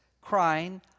Crying